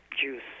juice